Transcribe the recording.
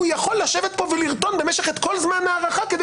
הוא יכול לשבת פה ולרטון את כל זמן ההארכה כדי